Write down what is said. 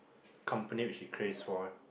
company which he craves for